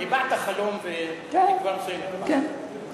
הבעת חלום ותקווה מסוימת, כן, כן.